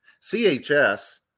CHS